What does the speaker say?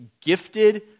gifted